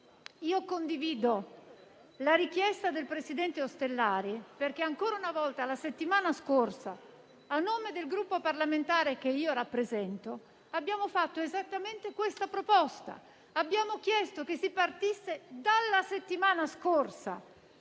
Condivido la richiesta del presidente Ostellari, perché ancora una volta la settimana scorsa, a nome del Gruppo parlamentare che rappresento, abbiamo avanzato esattamente la seguente proposta: abbiamo chiesto che si partisse, già dalla settimana scorsa,